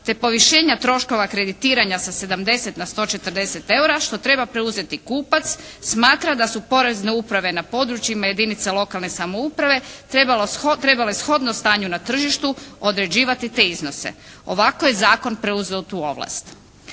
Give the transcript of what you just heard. te povišenja troškova kreditiranja sa 70 na 140 eura što treba preuzeti kupac, smatra da su porezne uprave na područjima jedinica lokalne samouprave trebale shodno stanju na tržištu određivati te iznose. Ovako je zakon preuzeo tu ovlast.